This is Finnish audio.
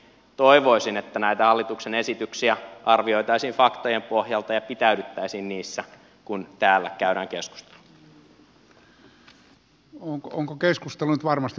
toivoisin että näitä hallituksen esityksiä arvioitaisiin faktojen pohjalta ja pitäydyttäisiin niissä kun täällä käydään keskustelua